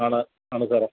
ആണ് ആണ് സാറേ